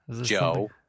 Joe